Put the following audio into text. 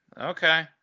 Okay